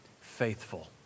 faithful